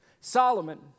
Solomon